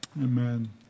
Amen